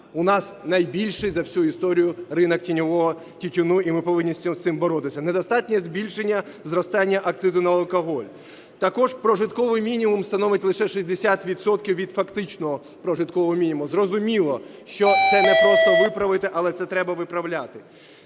у нас найбільший за всю історію ринок тіньового тютюну, і ми повинні з цим боротися. Недостатнє збільшення зростання акцизу на алкоголь. Також прожитковий мінімум становить лише 60 відсотків від фактичного прожиткового мінімуму. Зрозуміло, що це непросто виправити, але це треба виправляти.